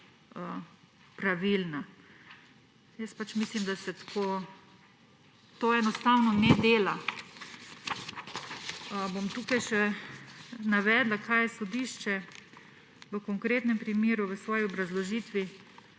pravilna. Mislim, da se tako to enostavno ne dela. Bom tukaj še navedla, kaj je sodišče v konkretnem primeru v svoji obrazložitvi